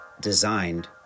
designed